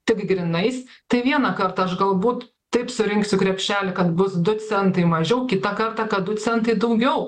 tik grynais tai vieną kartą aš galbūt taip surinksiu krepšelį kad bus du centai mažiau kitą kartą kad du centai daugiau